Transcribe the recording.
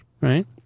right